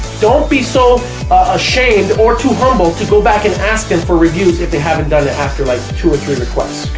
don't be so ashamed or too humble to go back and ask them for reviews if they haven't done it after like the two or three requests.